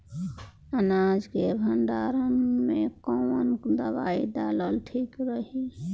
अनाज के भंडारन मैं कवन दवाई डालल ठीक रही?